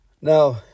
Now